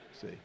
see